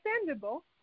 understandable